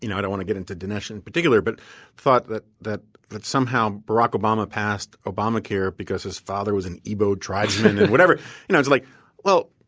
you know i don't want to get into dinesh in particular but thought that that but somehow barack obama passed obamacare because his father was an ibo tribesman and whatever. you know it's like well,